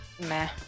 Meh